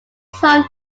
home